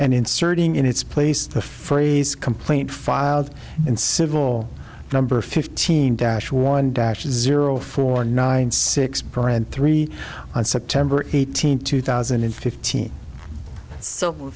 and inserting in its place the phrase complaint filed in civil number fifteen dash one dash zero four nine six brand three on september eighteenth two thousand and fifteen so